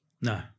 No